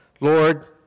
Lord